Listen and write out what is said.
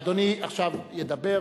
אדוני עכשיו ידבר.